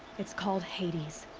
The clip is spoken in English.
it's called hades.